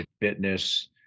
fitness